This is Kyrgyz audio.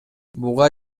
буга